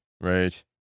Right